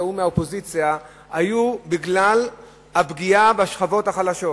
ומהאופוזיציה היו בגלל הפגיעה בשכבות החלשות.